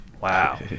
wow